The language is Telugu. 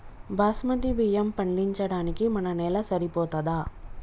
బాస్మతి బియ్యం పండించడానికి మన నేల సరిపోతదా?